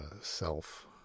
self